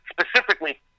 specifically